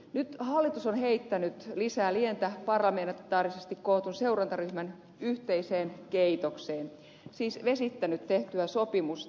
nyt hallitus on heittänyt lisää lientä parlamentaarisesti kootun seurantaryhmän yhteiseen keitokseen siis vesittänyt tehtyä sopimusta